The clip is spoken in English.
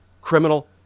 criminal